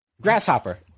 Grasshopper